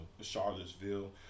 Charlottesville